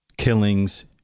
Killings